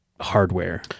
hardware